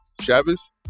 Chavez